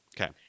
okay